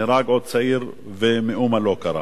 נהרג עוד צעיר ומאומה לא קרה.